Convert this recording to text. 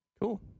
cool